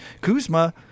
Kuzma